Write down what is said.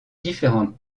différentes